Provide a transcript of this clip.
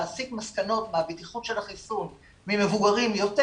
להסיק מסקנות מהבטיחות של החיסון ממבוגרים יותר,